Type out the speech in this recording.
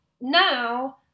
Now